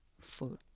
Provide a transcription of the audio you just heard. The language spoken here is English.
food